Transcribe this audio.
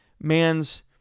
man's